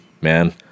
man